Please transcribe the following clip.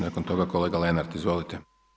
nakon toga kolega Lenart, izvolite.